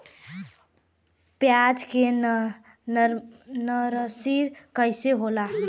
प्याज के नर्सरी कइसे होला?